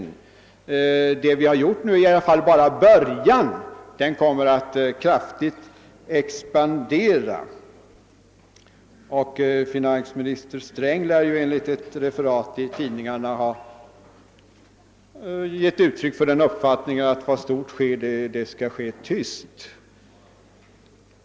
Det socialdemokratin har gjort skulle bara vara början — den kommer att kraftigt expandera. Finansminister Sträng lär ju enligt ett referat i tidningarna ha givit uttryck för den uppfattningen att vad stort sker det skall ske tyst.